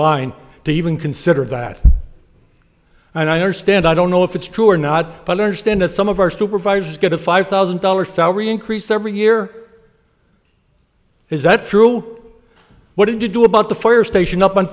line to even consider that and i understand i don't know if it's true or not stand that some of our supervisors get a five thousand dollar salary increase every year is that true what did you do about the fire station up on